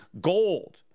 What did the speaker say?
gold